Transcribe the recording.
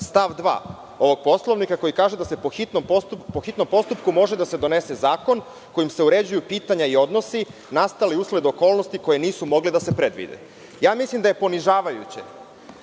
stav 2. ovog Poslovnika, koji kaže da se po hitnom postupku može doneti zakon kojim se uređuju pitanja i odnosi nastali usled okolnosti koje nisu mogle da se predvide. Mislim da je ponižavajuće